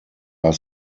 are